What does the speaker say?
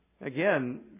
Again